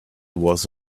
was